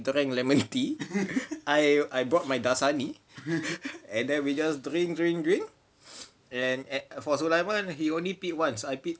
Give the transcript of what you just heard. drank lemon tea I I brought my dasani and then we just drink drink drink and for sulaiman he only peed once I peed